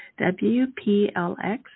WPLX